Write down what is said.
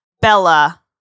Bella